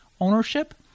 ownership